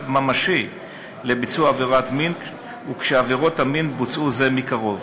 ממשי לביצוע עבירת מין וכשעבירות המין בוצעו זה מקרוב.